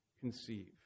conceive